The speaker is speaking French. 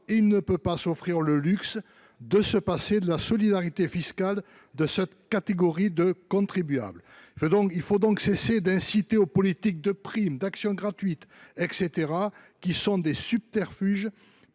Il ne peut pas s’offrir le luxe de se passer de la solidarité fiscale de cette catégorie de contribuables. Il faut donc cesser d’encourager les politiques de primes ou d’actions gratuites, maniées comme autant de subterfuges